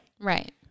Right